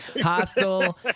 Hostile